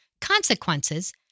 Consequences